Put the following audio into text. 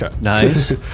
Nice